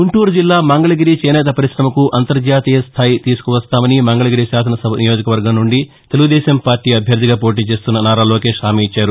గుంటూరు జిల్లా మంగళగిరి చేనేత పర్రిశమకు అంతర్జాతీయ స్థాయి తీసుకువస్తామని మంగళగిరి శాసన సభ నియోజకవర్గం నుండి తెలుగుదేశం పార్టీ అభ్యర్థిగా పోటీ చేస్తున్న నారా లోకేష్ హామీ ఇచ్చారు